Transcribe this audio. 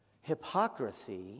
Hypocrisy